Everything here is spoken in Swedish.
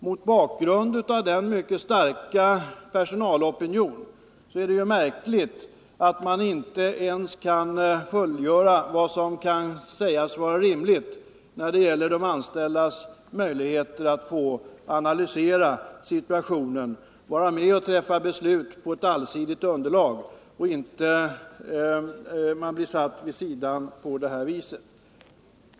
Mot bakgrund av denna mycket starka personalopinion är det märkligt att arbetsgivarparten inte ens fullgör vad som kan sägas vara rimligt när det gäller de anställdas möjlighet att få analysera situationen och vara med och träffa beslut på ett allsidigt underlag utan att bli satta åt sidan på det här viset.